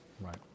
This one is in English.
Right